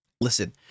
listen